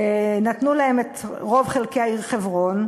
נתנו להם את רוב חלקי העיר חברון,